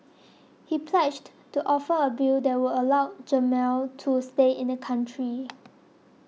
he pledged to offer a bill that would allow Jamal to stay in the country